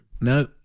No